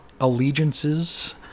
allegiances